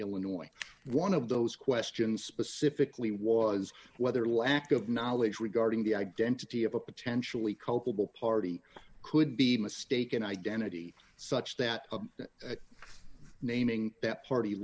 illinois one of those questions specifically was whether lack of knowledge regarding the identity of a potentially culpable party could be mistaken identity such that naming that party